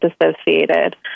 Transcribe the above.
associated